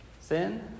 Sin